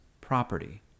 property